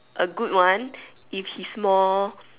A good one if he's more